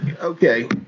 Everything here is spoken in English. okay